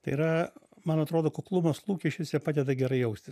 tai yra man atrodo kuklumas lūkesčiuose padeda gerai jaustis